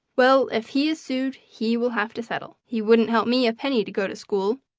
well, if he is sued, he will have to settle. he wouldn't help me a penny to go to school,